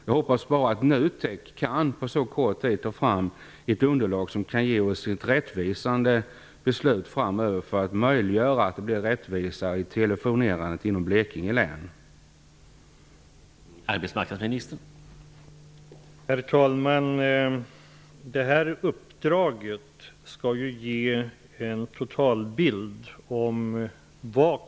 Jag hoppas bara att NUTEK på så kort tid kan ta fram ett rättvisande beslutsunderlag, som möjliggör att det blir rättvisare att telefonera i Blekinge län framöver.